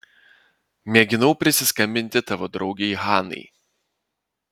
mėginau prisiskambinti tavo draugei hanai